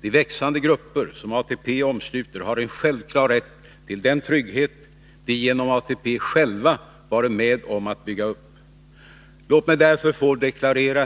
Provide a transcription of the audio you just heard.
De växande grupper som ATP omsluter har en självklar rätt till den trygghet de genom ATP själva varit med om att bygga upp. Låt mig därför få deklarera